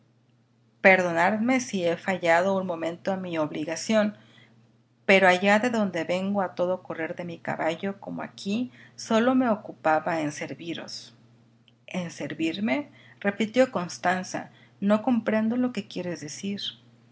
personadme si he faltado un momento a mi obligación pero allá de donde vengo a todo correr de mi caballo como aquí sólo me ocupaba en serviros en servirme repitió constanza no comprendo lo que quieres decir